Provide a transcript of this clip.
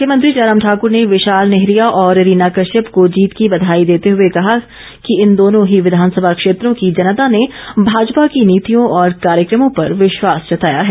मुख्यमंत्री जयराम ठाकर ने विशाल नेहरिया और रीना कश्यप को जीत की बधाई देते हए कहा है कि इन दोनों ही विधानसभा क्षेत्रों की जनता ने भाजपा की नीतियों और कार्यक्रमों पर विश्वास जताया है